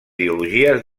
ideologies